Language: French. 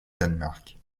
danemark